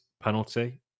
penalty